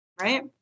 right